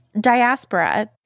diaspora